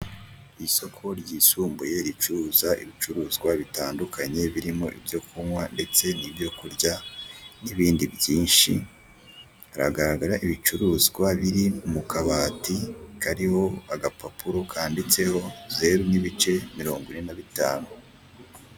Isoko ryisumbuye ricuruza ibicuruzwa bitandukanye birimo ibyo kurya ndetse n'ibyo kunywa n'ibindi byinshi, haragaragara ibicuruzwa biri mu kabati kariho agapapuro kanditseho zeru n'ibice mirongo ine na bitanu.